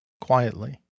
quietly